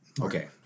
Okay